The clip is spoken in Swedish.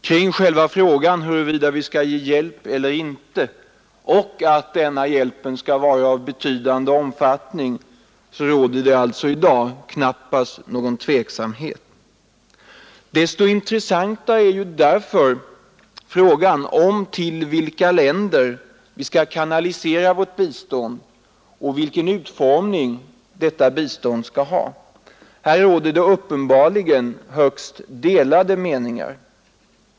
Kring frågan huruvida vi skall ge hjälp eller inte, och att denna hjälp skall vara av betydande omfattning, råder det alltså i dag knappast någon tveksamhet. Desto intressantare är därför frågan om till vilka länder vi skall kanalisera vårt bistånd och vilken utformning detta skall ha. Här råder det uppenbarligen högst delade meningar.